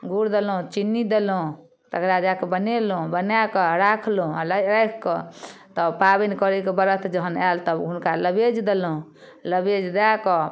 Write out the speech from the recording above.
गुड़ देलहुँ चीन्नी देलहुँ तकरा जाकऽ बनेलहुँ बनाकऽ आओर राखलहुँ आओर राखिकऽ तब पाबनि करयके व्रत जहन आयल तहन हुनका नवेद देलहुँ नवेद दए कऽ